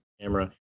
camera